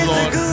Lord